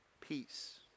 Peace